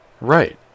right